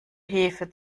hefe